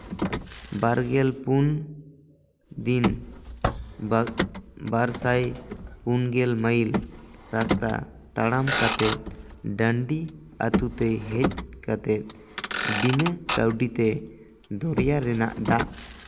ᱵᱟᱨᱜᱮᱞ ᱯᱩᱱ ᱫᱤᱱ ᱵᱟᱨ ᱵᱟᱨᱥᱟᱭ ᱯᱩᱱᱜᱮᱞ ᱢᱟᱭᱤᱞ ᱨᱟᱥᱛᱟ ᱛᱟᱲᱟᱢ ᱠᱟᱛᱮᱜ ᱰᱟᱹᱱᱰᱤ ᱟᱛᱳ ᱛᱮᱭ ᱦᱮᱡ ᱠᱟᱛᱮᱜ ᱵᱤᱱᱟᱹ ᱠᱟᱹᱣᱰᱤᱛᱮ ᱫᱚᱨᱭᱟ ᱨᱮᱱᱟᱜ ᱫᱟᱜ